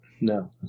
No